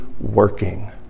working